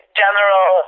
general